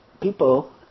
people